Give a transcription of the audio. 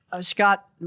Scott